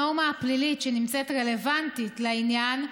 הנורמה הפלילית שנמצאת רלוונטית לעניין,